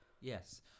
yes